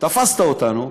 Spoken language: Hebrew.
תפסת אותנו.